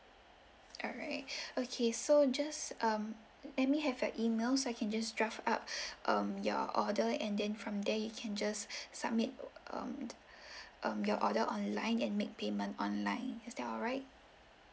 alright okay so just um let me have your email so I can just draft up um your order and then from there you can just submit um um your order online and make payment online is that alright